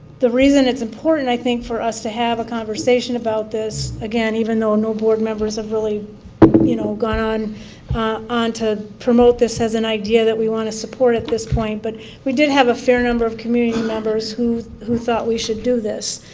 the reason it's important i think for us to have a conversation about this, again even though no board members have really you know gone on to promote this as an idea that we want to support at this point. but we did have a fair number of community members who who thought that we should do this.